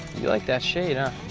you like that shade, huh?